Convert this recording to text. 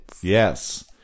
Yes